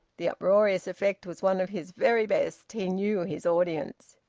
the uproarious effect was one of his very best. he knew his audience.